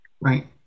right